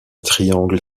triangle